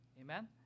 Amen